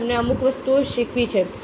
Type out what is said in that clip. આ તમને અમુક વસ્તુઓ શીખવી છે